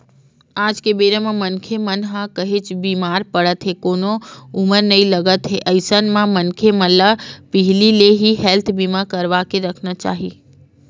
आज के बेरा म मनखे मन ह काहेच बीमार पड़त हे कोनो उमर नइ लगत हे अइसन म मनखे मन ल पहिली ले ही हेल्थ बीमा करवाके रखना चाही